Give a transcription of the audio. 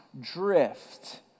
drift